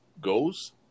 goes